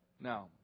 Now